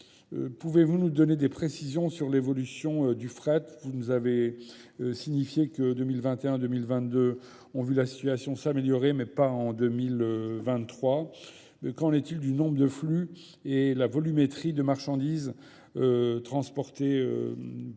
Pouvez-vous nous donner des précisions sur l'évolution du fret ? Vous nous avez signifié que 2021 et 2022 ont vu la situation s'améliorer, mais pas en 2023. Mais qu'en est-il du nombre de flux et la volumétrie de marchandises transportées